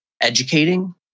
educating